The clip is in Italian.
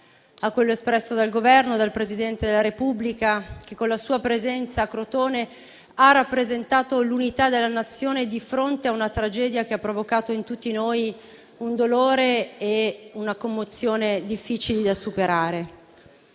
ancora dal Governo come dal Presidente della Repubblica che, con la sua presenza a Crotone, ha rappresentato l'unità della Nazione di fronte a una tragedia che ha provocato in tutti noi un dolore e una commozione difficili da superare.